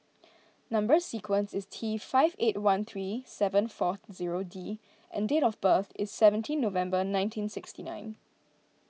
Number Sequence is T five eight one three seven four zero D and date of birth is seventeen November nineteen sixty nine